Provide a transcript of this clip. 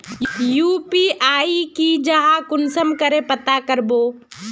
UPI की जाहा कुंसम करे पता करबो?